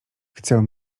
chcę